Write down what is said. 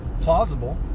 plausible